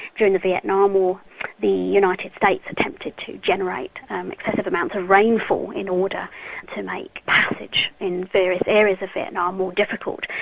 during the vietnam war the united states attempted to generate um excessive amounts of rainfall in order to make passage in various areas of vietnam more difficult.